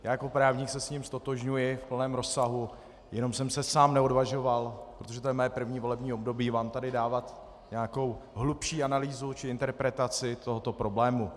Já jako právník se s ním ztotožňuji kolem rozsahu, jenom jsem se sám neodvažoval, protože to je moje první volební období, vám tady dávat nějakou hlubší analýzu či interpretaci tohoto problému.